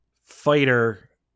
fighter